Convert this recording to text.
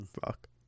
Fuck